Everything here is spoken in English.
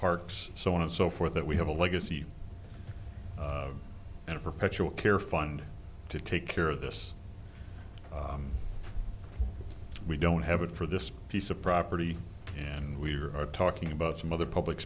parks so on and so forth that we have a legacy and a perpetual care fund to take care of this we don't have it for this piece of property and we're talking about some other public